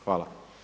Hvala.